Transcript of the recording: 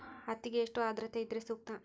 ಹತ್ತಿಗೆ ಎಷ್ಟು ಆದ್ರತೆ ಇದ್ರೆ ಸೂಕ್ತ?